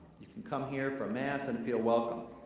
you can come here for mass and feel welcome.